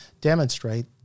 demonstrate